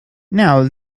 now